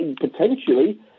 potentially